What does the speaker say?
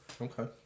Okay